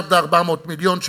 המיליארד ו-400 מיליון,